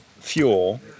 fuel